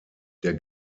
der